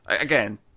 Again